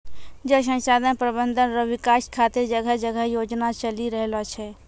जल संसाधन प्रबंधन रो विकास खातीर जगह जगह योजना चलि रहलो छै